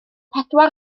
pedwar